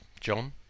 John